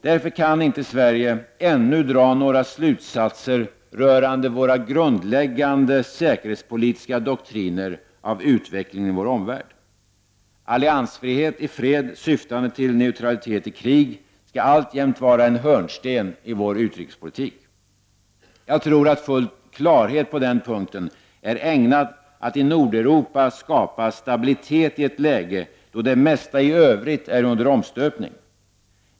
Därför kan vi i Sverige ännu inte dra några slutsatser rörande våra grundläggande säkerhetspolitiska doktriner av utvecklingen i vår omvärld. Alliansfrihet i fred syftande till neutralitet i krig skall alltjämt vara en hörnsten i vår utrikespolitik. Jag tror att full klarhet på den punkten är ägnad att i Nordeuropa skapa stabilitet i ett läge då det mesta i övrigt är under omstöpning.